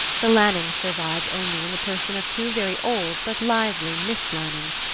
the lannings survived only in the person of two very old but lively miss lannings,